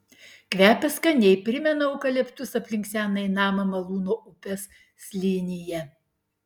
kvepia skaniai primena eukaliptus aplink senąjį namą malūno upės slėnyje